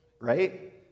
right